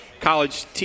college